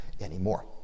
anymore